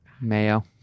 Mayo